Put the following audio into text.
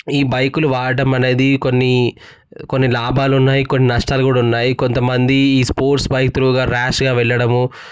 ఈ బైకులు వాడడం అనేది కొన్ని కొన్ని లాభాలు ఉన్నాయి కొన్ని నష్టాలు కూడా ఉన్నాయి కొంతమంది ఈ స్పోర్ట్స్ బైక్ త్రుగా ర్యాష్గా వెళ్ళడము